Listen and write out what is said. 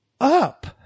up